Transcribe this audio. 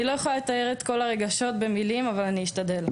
אני לא יכולה לתאר את כל הרגשות במילים אבל אשתדל.